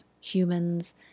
humans